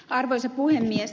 arvoisa puhemies